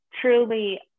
truly